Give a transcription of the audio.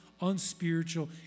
unspiritual